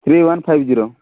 three one five zero